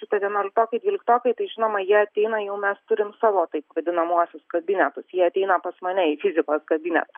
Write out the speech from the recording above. šitie vienuoliktokai dvyliktokai tai žinoma jie ateina jau mes turim savo taip vadinamuosius kabinetus jie ateina pas mane į fizikos kabinetą